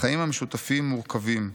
החיים המשותפים מורכבים,